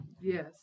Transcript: Yes